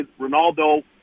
Ronaldo